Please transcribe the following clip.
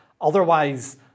otherwise